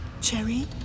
Cherry